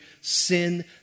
sin